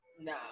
No